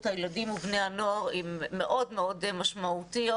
הילדים ובני הנוער הן מאוד מאוד משמעותיות.